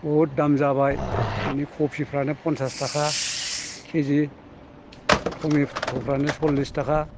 बुहुत दाम जाबाय दिनै कफिफ्रानो फनसास थाखा केजि थमेथ'फ्रानो सल्लिस थाखा